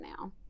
now